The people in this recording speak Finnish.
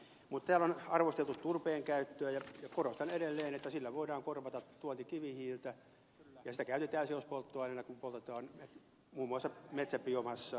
mutta täällä on arvosteltu turpeen käyttöä ja korostan edelleen että sillä voidaan korvata tuontikivihiiltä ja sitä käytetään seospolttoaineena kun poltetaan muun muassa metsäbiomassaa